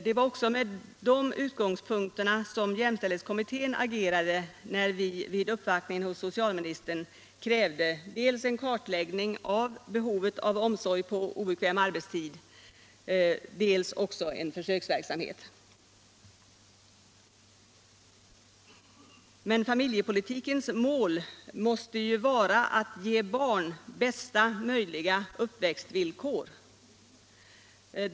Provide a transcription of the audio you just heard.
Det var också med dessa utgångspunkter som jämställdhetskommittén agerade när vi vid uppvaktningen hos socialministern krävde dels en kartläggning av behovet av omsorg på obekväm arbetstid, dels en försöksverksamhet: Familjepolitikens mål måste vara att ge barn bästa möjliga uppväxtvillkor.